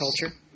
culture